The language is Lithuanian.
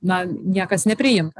na niekas nepriimta